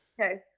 okay